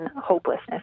hopelessness